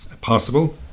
possible